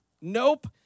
Nope